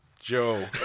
joe